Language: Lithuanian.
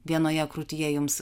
vienoje krūtyje jums